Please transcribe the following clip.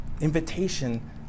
invitation